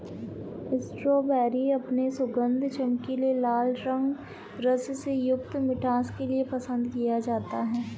strawberry अपने सुगंध, चमकीले लाल रंग, रस से युक्त मिठास के लिए पसंद किया जाता है